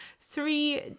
three